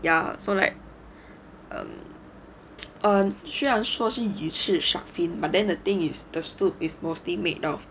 ya so like um 虽然说是鱼翅 shark fin but then the thing is the soup is mostly made of